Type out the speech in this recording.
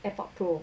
airpod pro